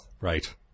Right